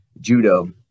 judo